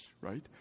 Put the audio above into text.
right